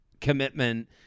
commitment